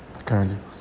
currently